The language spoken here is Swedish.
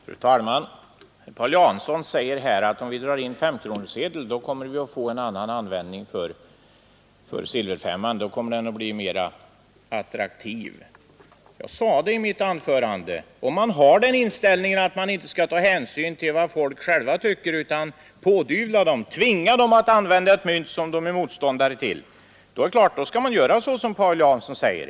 Fru talman! Paul Jansson säger att om vi drar in femkronesedeln kommer vi att få en annan användning för silverfemman — då kommer den att bli mera attraktiv. Ja, jag sade i mitt anförande att om man har den inställningen att man inte skall ta hänsyn till vad människorna själva tycker utan vill pådyvla dem och tvinga dem att använda ett mynt som de är motståndare till, så är det klart att man skall göra så som Paul Jansson säger.